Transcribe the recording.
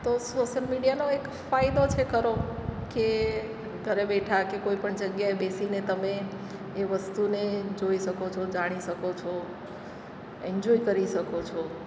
તો સોશિયલ મીડિયાનો એક ફાયદો છે ખરો કે ઘરે બેઠા કે કોઈપણ જગ્યાએ બેસીને તમે એ વસ્તુને જોઈ શકો છો જાણી શકો છો એન્જોય કરી શકો છો